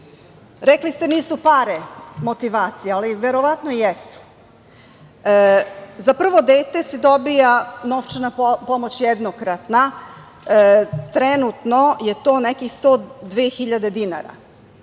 Rekli ste nisu pare motivacija, ali verovatno jesu. Za prvo dete se dobija novčana pomoć jednokratna. Trenutno je to nekih 102.000 dinara.